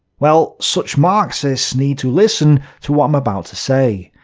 well, such marxists need to listen to what i'm about to say,